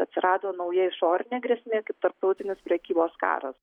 atsirado nauja išorinė grėsmė kaip tarptautinis prekybos karas